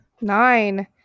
Nine